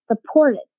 supported